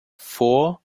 vor